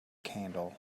candle